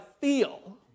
feel